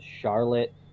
Charlotte